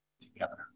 together